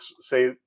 say